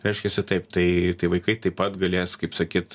reiškiasi taip tai tai vaikai taip pat galės kaip sakyt